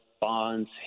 Bonds